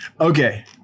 Okay